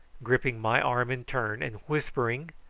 gripping my arm in turn, and, whispering,